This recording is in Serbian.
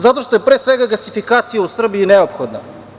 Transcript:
Zato što je, pre svega gasifikacija u Srbiji neophodna.